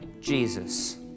Jesus